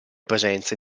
presenze